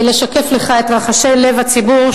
לשקף לך את רחשי לב הציבור,